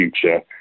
future